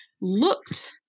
looked